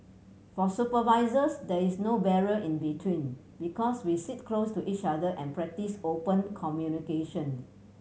for supervisors there is no barrier in between because we sit close to each other and practice open communication